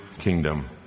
kingdom